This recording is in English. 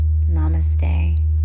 Namaste